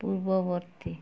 ପୂର୍ବବର୍ତ୍ତୀ